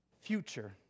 future